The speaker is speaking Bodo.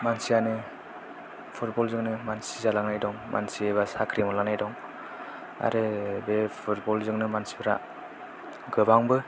मानसिआनो फुटबल जोंनो मानसि जालांनाय दं मानसि एबा साख्रि मोनलांनाय दं आरो बे फुटबल जोंनो मानसिफ्रा गोबांबो